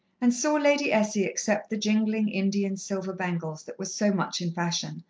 and saw lady essie accept the jingling, indian silver bangles that were so much in fashion,